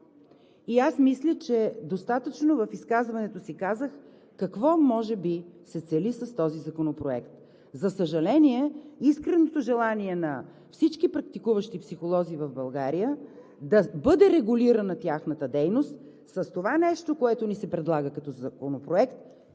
И аз мисля, че достатъчно в изказването си казах какво може би се цели с този законопроект. За съжаление, искреното желание на всички практикуващи психолози в България да бъде регулирана тяхната дейност, с това нещо, което ни се предлага като законопроект,